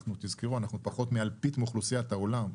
תזכרו, אנחנו פחות מאלפית מאוכלוסיית העולם,